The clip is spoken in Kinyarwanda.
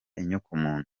inyokomuntu